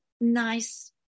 nice